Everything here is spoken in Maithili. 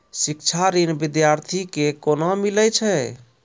शिक्षा ऋण बिद्यार्थी के कोना मिलै छै?